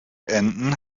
enden